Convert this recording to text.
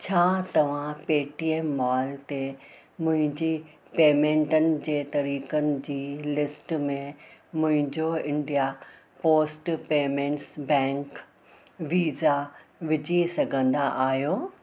छा तव्हां Paytm mall ते मुंहिंजी पेमेंटनि जे तरीक़नि जी लिस्ट में मुंहिंजो इंडिया पोस्ट पेमेंट्स बैंक वीज़ा विझी सघंदा आहियो